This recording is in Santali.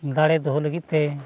ᱫᱟᱲᱮ ᱫᱚᱦᱚ ᱞᱟᱹᱜᱤᱫᱛᱮ